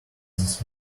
this